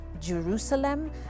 Jerusalem